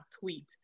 tweet